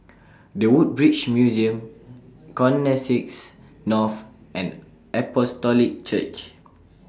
The Woodbridge Museum Connexis North and Apostolic Church